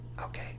Okay